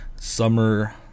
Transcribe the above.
Summer